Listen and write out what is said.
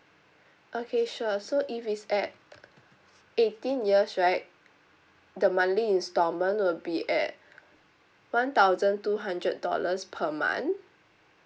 okay sure so if it's at eighteen years right the monthly instalment will be at one thousand two hundred dollars per month